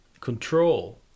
control